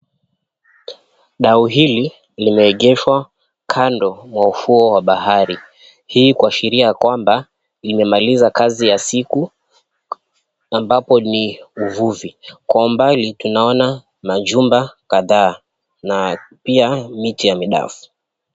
Dau hili limeegeshwa kando ya ufuo wa bahari hii kuashiria kwamba imemaliza kazi ya siku ambapo ni uvuvi. Kwa umbali tunaona majumba kadhaa na pia miti ya midafu.